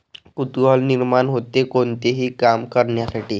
कुतूहल निर्माण होते, कोणतेही काम करण्यासाठी